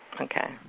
Okay